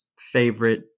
favorite